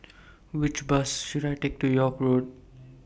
Which Bus should I Take to York Road